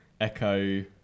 echo